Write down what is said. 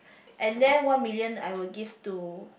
and then one million I will give to